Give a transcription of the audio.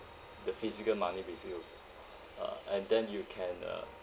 the physical money with you ah and then you can uh